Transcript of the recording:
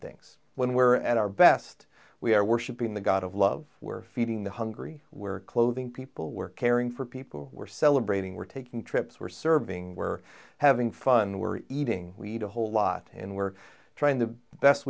things when we're at our best we are worshipping the god of love we're feeding the hungry where clothing people work caring for people we're celebrating we're taking trips were serving we're having fun we're eating we eat a whole lot and we're trying the best